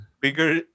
Bigger